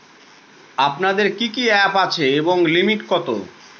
আপনাদের কি কি অ্যাপ আছে এবং লিমিট কত?